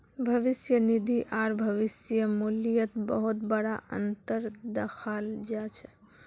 भविष्य निधि आर भविष्य मूल्यत बहुत बडा अनतर दखाल जा छ